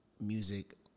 music